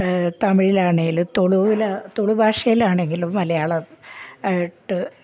തമിഴിലാണെങ്കിലും തുളുവിലാണ് തുളു ഭാഷയിലാണെങ്കിലും മലയാളം ആയിട്ട്